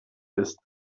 ist